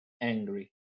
angry